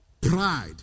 Pride